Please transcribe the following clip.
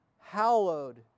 hallowed